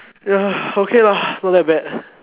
ya okay lah not that bad